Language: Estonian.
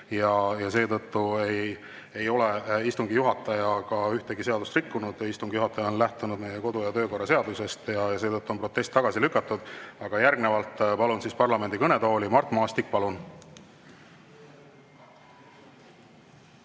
ja arupärimisi. Istungi juhataja ei ole ühtegi seadust rikkunud. Istungi juhataja on lähtunud meie kodu- ja töökorra seadusest ning seetõttu on protest tagasi lükatud. Järgnevalt palun parlamendi kõnetooli Mart Maastiku.